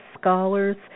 scholars